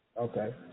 Okay